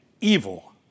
evil